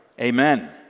Amen